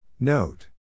Note